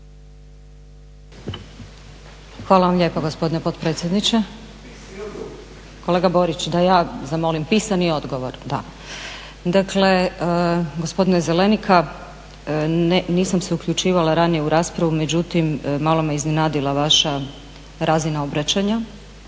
Hvala vam lijepo gospodine potpredsjedniče. Kolega Borić da ja zamolim pisani odgovor, da. Dakle gospodine Zelenika, nisam se uključivala ranije u raspravu međutim malo me iznenadila vaša razina obraćanja,